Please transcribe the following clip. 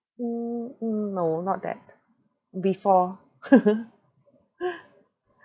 mm mm no not that before